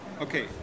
Okay